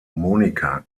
monika